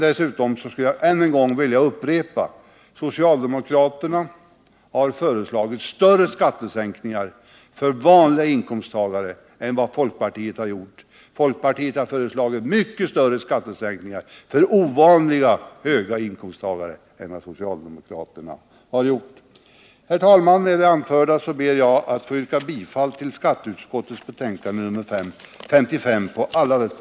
Jag vill än en gång upprepa: Socialdemokraterna har föreslagit större skattesänkningar för vanliga inkomsttagare än folkpartiet har gjort. Folkpartiet har föreslagit mycket större skattesänkningar för ovanliga höginkomsttagare än socialdemokraterna har gjort. Herr talman! Med det anförda ber jag att få yrka bifall till skatteutskottets hemställan i samtliga moment.